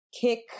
kick